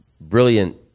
brilliant